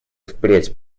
впредь